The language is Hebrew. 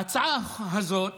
בהצעה הזאת